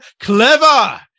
clever